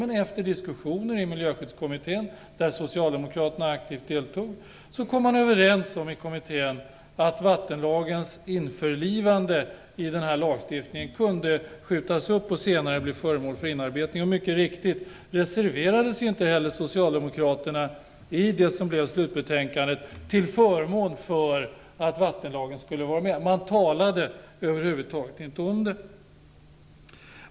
Men efter diskussioner i Miljöskyddskommittén, där Socialdemokraterna aktivt deltog, kom kommittén överens om att vattenlagens införlivande i lagstiftningen kunde skjutas upp och senare bli föremål för inarbetning. Mycket riktigt reserverade sig inte heller Socialdemokraterna i slutbetänkandet till förmån för att vattenlagen skulle ingå i miljöbalken. Man talade över huvud taget inte om det.